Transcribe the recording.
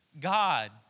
God